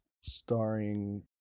starring